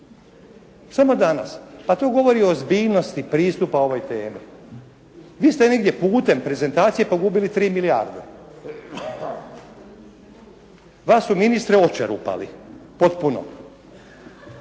Samo danas. Pa to govori o ozbiljnosti pristupa ovoj temi. Vi ste negdje putem prezentacije pogubili 3 milijarde. Vas su ministre očerupali potpuno.